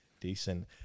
Decent